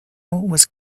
was